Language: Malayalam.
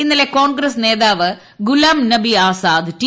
ഇന്നലെ കോൺഗ്രസ് നേതാവ് ഗുലാംനബി ആസാദ് ടി